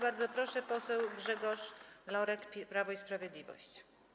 Bardzo proszę, poseł Grzegorz Lorek, Prawo i Sprawiedliwość.